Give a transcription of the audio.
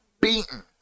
beaten